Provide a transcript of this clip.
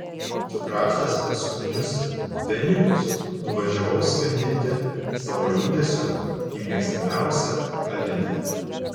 sukrapštęs paskutinius pfenigus nuvažiavau skandinti savo liūdesio į mėgstamiausią alinę